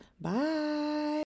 Bye